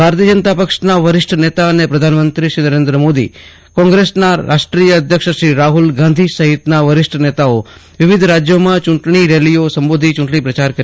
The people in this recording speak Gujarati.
ભાજપના વરિષ્ઠ નેતા અને પ્રધાનમંત્રી શ્રી નરેન્દ્ર મોદીકોન્ગ્રેસના રાષ્ટ્રીય અધ્યક્ષ શ્રી રાહુલ ગાંધી સહિતના વરિષ્ઠ નેતાઓ વિવિધ રાજ્યોમાં ચુંટણી રેલીઓ સંબોધી ચુંટણી પ્રચાર કરી રહ્યા છે